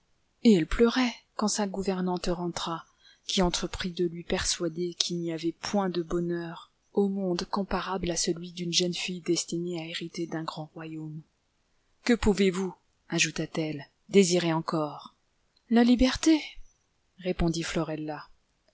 et elle pleurait quand sa gouvernante rentra qui entreprit de lui persuader qu'il n'y avait point de bonheur au monde comparable à celui d'une jeune lille destinée à hériter d'un grand royaume que pouvez-vous ajouta-t-elle désirer encore la liberté répondit florella